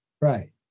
Right